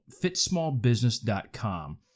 fitsmallbusiness.com